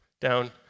down